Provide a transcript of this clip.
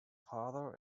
father